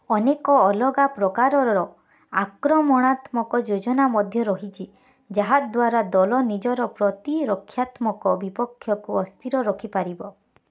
ଅନେକ ଅଲଗା ପ୍ରକାରର ଆକ୍ରମଣାତ୍ମକ ଯୋଜନା ମଧ୍ୟ ରହିଛି ଯାହା ଦ୍ୱାରା ଦଳ ନିଜର ପ୍ରତିରକ୍ଷାତ୍ମକ ବିପକ୍ଷକୁ ଅସ୍ଥିର ରଖିପାରିବ